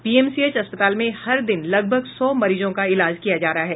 PMCH अस्पताल में हर दिन लगभग सौ मरीजों का इलाज किया जा रहा है